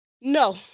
No